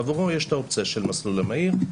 עבורו יש את האופציה של המסלול המהיר,